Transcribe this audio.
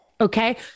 Okay